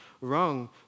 wrong